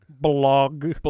blog